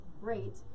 great